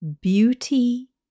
beauty